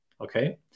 okay